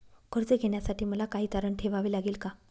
कर्ज घेण्यासाठी मला काही तारण ठेवावे लागेल का?